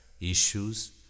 issues